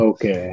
Okay